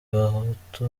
bahutu